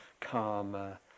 karma